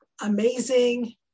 amazing